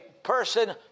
person